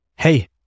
Hey